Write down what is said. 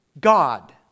God